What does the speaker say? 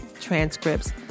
transcripts